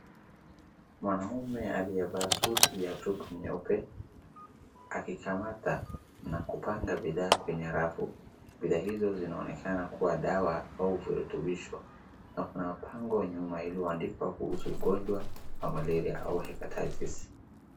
Mwanaume aliyevaa suti ya chupu nyeupe, akikamata na kupanga bidhaa kwenye rafu. Bidhaa hizo zinaonekana kuwa dawa au virutubisho na kuna bango nyuma iliyoandikwa kuhusu ugonjwa wa malaria au hepatitis.